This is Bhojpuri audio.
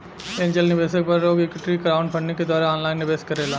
एंजेल निवेशक पर लोग इक्विटी क्राउडफण्डिंग के द्वारा ऑनलाइन निवेश करेला